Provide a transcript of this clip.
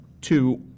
two